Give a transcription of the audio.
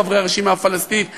חברי הרשימה הפלסטינית המשותפת,